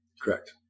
Correct